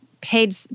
paid